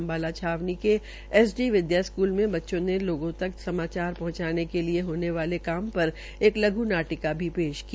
अम्बाला छावनी में S D Vidya school में बच्चों ने लोगों तक समाचार पहंचाने के लिये होने वाले काम पर एक लघ् नाटिका भी पेश की